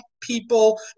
people